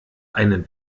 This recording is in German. einen